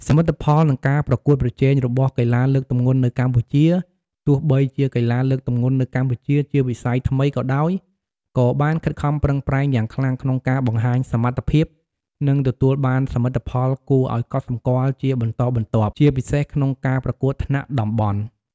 សមិទ្ធផល និងការប្រកួតប្រជែងរបស់កីឡាលើកទម្ងន់នៅកម្ពុជា ទោះបីជាកីឡាលើកទម្ងន់នៅកម្ពុជាជាវិស័យថ្មីក៏ដោយ ក៏បានខិតខំប្រឹងប្រែងយ៉ាងខ្លាំងក្នុងការបង្ហាញសមត្ថភាព និងទទួលបានសមិទ្ធផលគួរឱ្យកត់សម្គាល់ជាបន្តបន្ទាប់ ជាពិសេសក្នុងការប្រកួតថ្នាក់តំបន់។